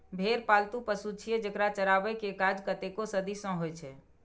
भेड़ पालतु पशु छियै, जेकरा चराबै के काज कतेको सदी सं होइ छै